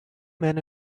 men